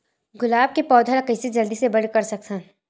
गुलाब के पौधा ल कइसे जल्दी से बड़े कर सकथन?